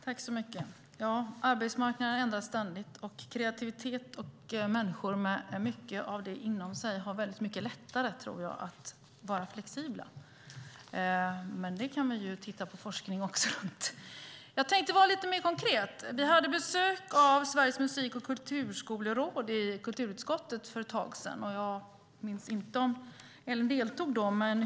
Herr talman! Ja, arbetsmarknaden ändras ständigt, och kreativitet och människor med mycket av det inom sig har mycket lättare att vara flexibla, tror jag. Man kan ju titta på forskning och sådant. Jag tänkte vara lite mer konkret. Vi hade besök av Sveriges Musik och Kulturskoleråd i kulturutskottet för ett tag sedan. Jag minns inte om Ellen deltog då.